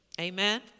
Amen